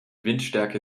windstärke